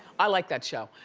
i like that show.